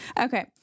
Okay